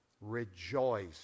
rejoice